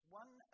one